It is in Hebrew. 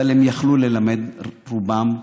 אבל הם יכלו ללמד, רובם,